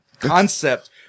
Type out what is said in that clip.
concept